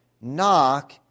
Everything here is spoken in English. Knock